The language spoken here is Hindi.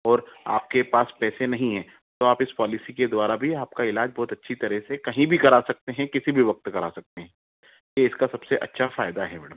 और आप के पास पैसे नहीं है तो आप इस पॉलिसी के द्वारा भी आप का इलाज बहुत अच्छी तरह से कहीं भी करा सकते हैं किसी भी वक्त करा सकते हैं ये इसका सब से अच्छा फायदा है मैडम